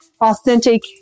authentic